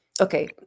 okay